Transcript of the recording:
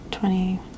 Twenty